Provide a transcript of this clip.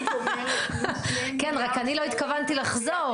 היית אומרת --- כן, רק שאני לא התכוונתי לחזור.